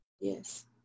yes